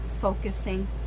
focusing